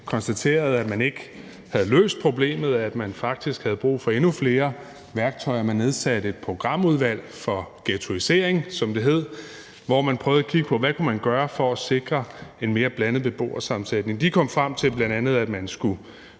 VK-regering, at man ikke havde løst problemet, og at man faktisk havde brug for endnu flere værktøjer. Der nedsatte man et programudvalg for ghettoisering, som det hed, og de prøvede at kigge på, hvad der kunne gøres for at sikre en mere blandet beboersammensætning. De kom bl.a. frem til, at man skulle